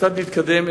כיצד להתקדם,